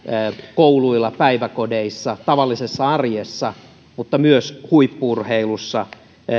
kouluilla päiväkodeissa tavallisessa arjessa kuin myös huippu urheilussa